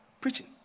preaching